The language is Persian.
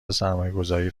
سرمایهگذاری